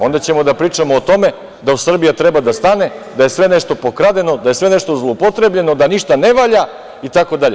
Onda ćemo da pričamo o tome da Srbija treba da stane, da je sve nešto pokradeno, da je sve nešto zloupotrebljeno, da ništa ne valja itd.